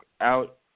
out